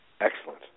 Excellent